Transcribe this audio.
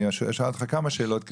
אני אשאל אותך כמה שאלות,